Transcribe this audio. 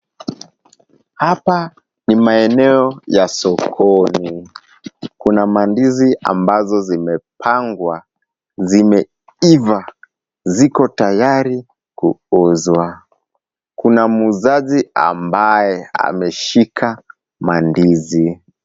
Hapa ni maeneo ya sokoni. Kuna mandizi ambazo zimepangwa, zimeiva ziko tayari kuuzwa. Kuna muuzaji ambaye ameshika mandizi.